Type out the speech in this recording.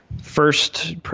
first